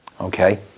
Okay